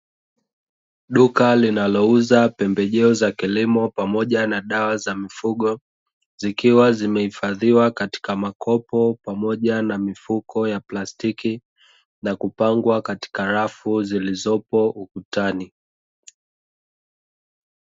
Duka linalouza pembejeo za kilimo pamoja na dawa za mifugo, zikiwa zimehifadhiwa katika makopo pamoja na mifuko ya plastiki na kupangwa katika rafu zilizopo ukutani.